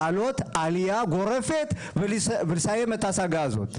להעלות עלייה גורפת ולסיים את הסגה הזאת.